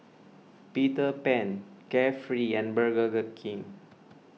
Peter Pan Carefree and Burger King